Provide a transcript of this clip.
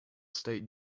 state